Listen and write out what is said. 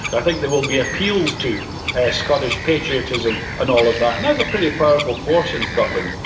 i think there will be appeals to ah scottish patriotism and all of that, and that's a pretty powerful force in scotland,